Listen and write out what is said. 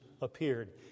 appeared